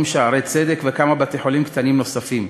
"שערי צדק" וכמה בתי-חולים קטנים נוספים.